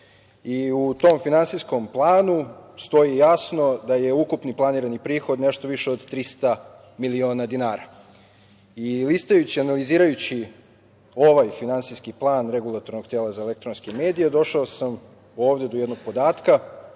U tom Finansijskom planu stoji jasno da je ukupno planirani prihod nešto više od 300 miliona dinara. Listajući i analizirajući ovaj finansijski plan Regulatornog tela za elektronske medije, došao sam ovde do jednog podatka,